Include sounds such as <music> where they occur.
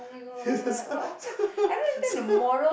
he's a son <laughs> so